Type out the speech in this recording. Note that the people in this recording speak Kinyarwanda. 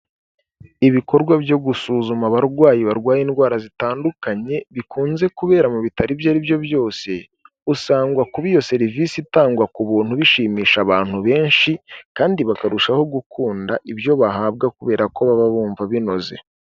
Ibikorwa byo gusuzuma abarwayi barwaye indwara zitandukanye bikunze kubera mu bitaro ibyo aribyo byose usangwa kuba iyo serivisi itangwa ku buntu bishimisha abantu benshi kandi bakarushaho gukunda ibyo bahabwa kubera ko baba bumva binoze.